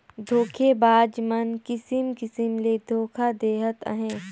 धोखेबाज मन किसिम किसिम ले धोखा देहत अहें